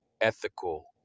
ethical